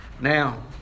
now